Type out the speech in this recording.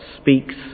speaks